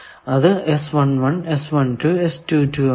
അത് ആണ്